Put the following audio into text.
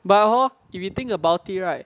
but hor if you think about it right